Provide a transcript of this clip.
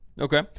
Okay